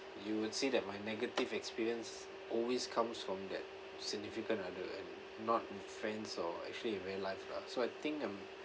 you would say that my negative experience always comes from that significant other and not in friends or actually in real life lah so I think I'm